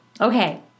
Okay